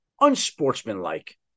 unsportsmanlike